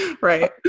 Right